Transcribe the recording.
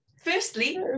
Firstly